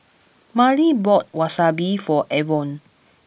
Marlie bought Wasabi for Avon